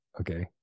okay